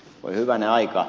voi hyvänen aika